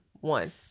one